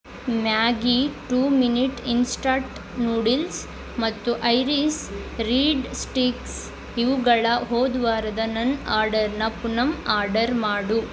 Maggi two minute instant noodles ಮತ್ತು Iris reed sticks ಇವುಗಳ ಹೋದ ವಾರದ ನನ್ನ ಆರ್ಡರನ್ನ ಪುನಃ ಆರ್ಡರ್ ಮಾಡು